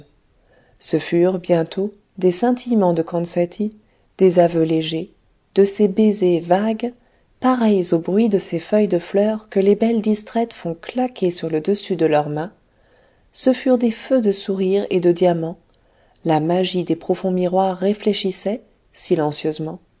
ce furent bientôt des scintillements de concetti des aveux légers de ces baisers vagues pareils au bruit de ces feuilles de fleurs que les belles distraites font claquer sur le dessus de leurs mains ce furent des feux de sourires et de diamants la magie des profonds miroirs réfléchissait silencieusement